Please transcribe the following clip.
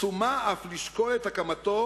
שומה אף לשקול את הקמתו